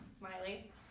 Miley